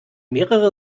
mehrere